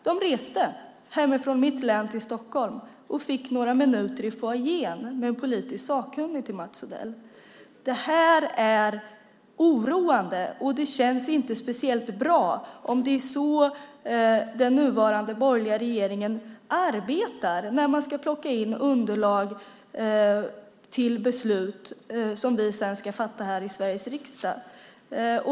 De reste hemifrån mitt län till Stockholm och fick några minuter i foajén med en politisk sakkunnig till Mats Odell. Det här är oroande, och det känns inte speciellt bra om det är så den nuvarande borgerliga regeringen arbetar när man ska plocka in underlag till beslut som vi sedan ska fatta här i Sveriges riksdag.